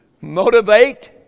motivate